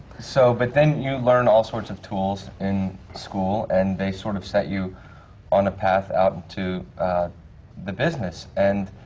so but then, you learn all sorts of tools in school, and they sort of set you on a path out to the business. and